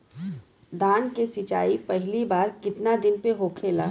धान के सिचाई पहिला बार कितना दिन पे होखेला?